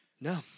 No